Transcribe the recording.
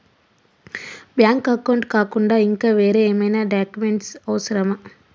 Bank account కాకుండా ఇంకా వేరే ఏమైనా డాక్యుమెంట్స్ అవసరమా?